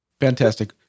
Fantastic